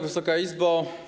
Wysoka Izbo!